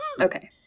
Okay